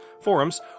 forums